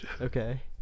Okay